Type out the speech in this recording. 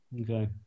Okay